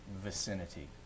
vicinity